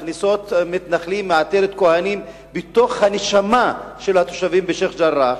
מכניסות מתנחלים מ"עטרת כוהנים" בתוך הנשמה של התושבים בשיח'-ג'ראח.